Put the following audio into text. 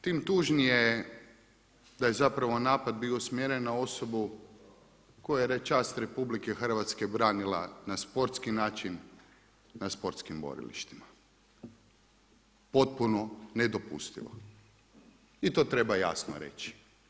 Tim tužnije je da je zapravo napad bio usmjeren na osobu koja je čast RH branila na sportski način, na sportskim borilištima, potpuno nedopustivo i to treba jasno reći.